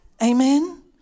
Amen